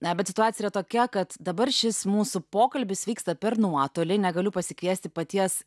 na bet situacija yra tokia kad dabar šis mūsų pokalbis vyksta per nuotolį negaliu pasikviesti paties